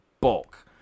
bulk